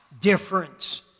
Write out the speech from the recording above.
difference